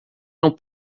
não